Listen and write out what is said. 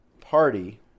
party